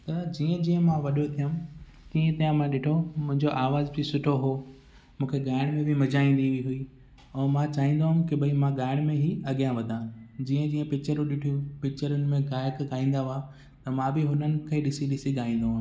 त जीअं जीअं मां वॾो थियुमि तीअं तीअं मां ॾिठोमि मुंहिंजो आवाज़ु बि सुठो हो मूंखे ॻाइण में बि मज़ा ईंदी हुई ऐं मां चाहींदुमि की भाई मां ॻाइण में ई अॻियां वधां जीअं जीअं पिक्चरूं ॾिठियूं पिक्चरियुनि में गायक ॻाईंदा हुआ त मां बि हुननि खे ॾिसी ॾिसी ॻाईंदो हुयुमि